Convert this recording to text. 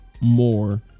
more